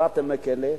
השתחררתם מהכלא,